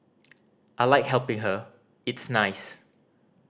I like helping her it's nice